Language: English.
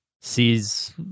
sees